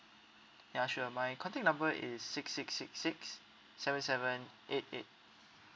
ya sure my contact number is six six six six seven seven eight eight